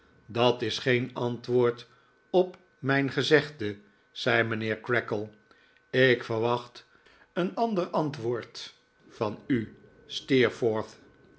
dat is geen antwoord op mijn gezegde zei mijnheer creakle ik verwacht een ander antwoord van u